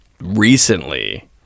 recently